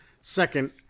Second